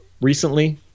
recently